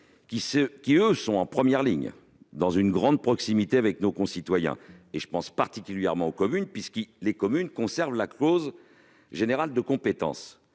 se trouvent en première ligne et ont une grande proximité avec nos concitoyens. Je pense en particulier aux communes, puisque ces dernières conservent la clause générale de compétence,